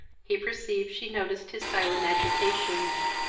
he perceived she noticed his silent agitations,